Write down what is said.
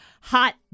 hot